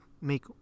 make